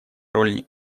роли